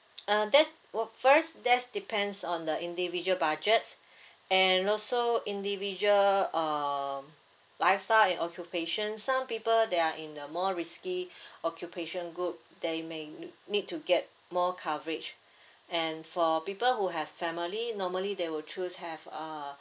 uh that's first that's depends on the individual budget and also individual um lifestyle and occupation some people they are in a more risky occupation group they may need to get more coverage and for people who have family normally they will choose have uh